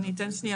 אני אתן שניה